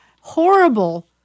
horrible